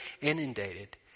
inundated